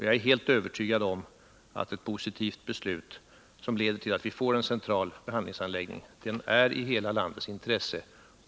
Jag är helt övertygad om att ett positivt beslut, som leder till att vi får en central behandlingsanläggning, är i hela landets intresse.